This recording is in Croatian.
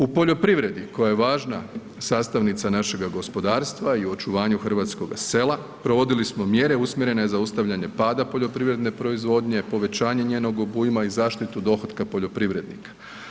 U poljoprivredi koja je važna sastavnica našega gospodarstva i očuvanju hrvatskoga sela, provodili smo mjere usmjerene zaustavljanje pada poljoprivredne proizvodnje, povećanje njenog obujma i zaštitu dohotka poljoprivrednika.